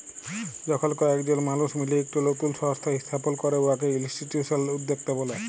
যখল কয়েকজল মালুস মিলে ইকট লতুল সংস্থা ইস্থাপল ক্যরে উয়াকে ইলস্টিটিউশলাল উদ্যক্তা ব্যলে